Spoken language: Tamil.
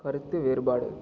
கருத்து வேறுபாடு